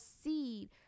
seed